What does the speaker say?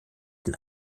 dem